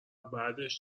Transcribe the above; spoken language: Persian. بعدش